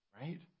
Right